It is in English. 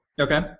Okay